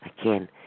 Again